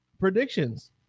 predictions